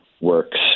works